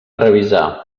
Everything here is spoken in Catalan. revisar